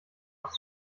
aus